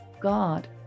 God